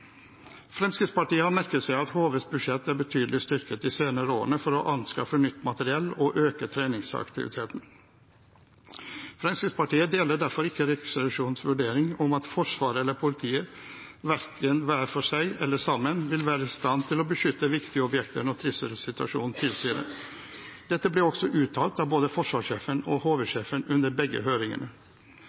Fremskrittspartiet har merket seg at HVs budsjett er betydelig styrket de senere årene for å anskaffe nytt materiell og øke treningsaktiviteten. Fremskrittspartiet deler derfor ikke Riksrevisjonens vurdering om at Forsvaret eller politiet verken hver for seg eller sammen vil være i stand til å beskytte viktige objekter når trusselsituasjonen tilsier det, noe både forsvarssjefen og HV-sjefen uttalte seg om under begge høringene.